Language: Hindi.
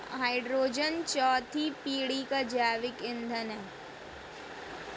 हाइड्रोजन चौथी पीढ़ी का जैविक ईंधन है